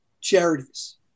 charities